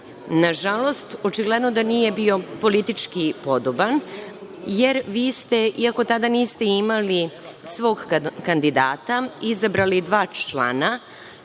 Nažalost, očigledno da nije bio politički podoban, jer vi ste, iako tada niste imali svog kandidata, izabrali dva člana,